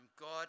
God